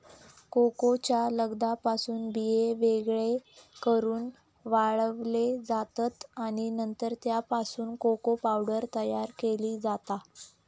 कोकोच्या लगद्यापासून बिये वेगळे करून वाळवले जातत आणि नंतर त्यापासून कोको पावडर तयार केली जाता